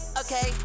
okay